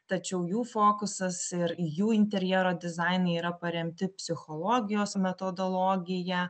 tačiau jų fokusas ir jų interjero dizaine yra paremti psichologijos metodologija